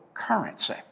currency